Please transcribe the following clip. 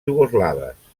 iugoslaves